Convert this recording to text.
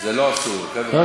זה לא אסור, חבר'ה,